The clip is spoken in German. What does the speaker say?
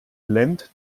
lendt